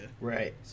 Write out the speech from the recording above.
Right